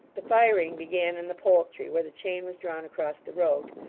the firing began in the poultry, where the chain was drawn across the road,